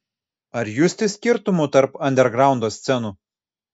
ar justi skirtumų tarp andergraundo scenų